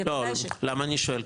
למה אני שואל?